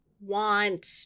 want